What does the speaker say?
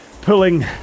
pulling